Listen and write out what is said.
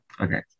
Okay